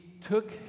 took